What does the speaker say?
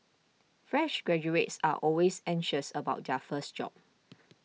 fresh graduates are always anxious about their first job